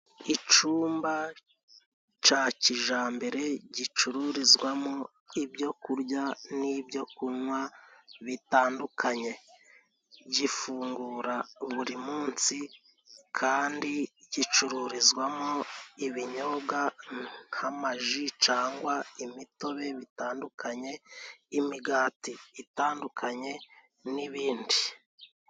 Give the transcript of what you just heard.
Icumba ca kijambere gicururizwamo ibyokurya n'ibyokunywa bitandukanye. Gifungura buri munsi, kandi gicururizwamo ibinyobwa nk'amaji cangwa imitobe bitandukanye, imigati itandukanye nibindi.